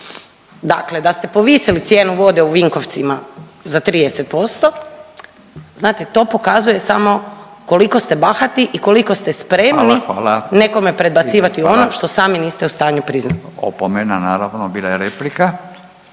dakle da ste povisili cijenu vode u Vinkovcima za 30%, znate to pokazuje samo koliko ste bahati i koliko ste spremni nekome predbacivati ono … …/Upadica Radin: Hvala. Hvala./… … što sami niste